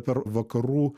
per vakarų